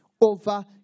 over